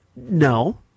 No